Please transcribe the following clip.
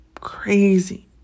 Crazy